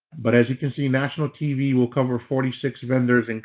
but as you can see, national tv will cover forty six vendors, and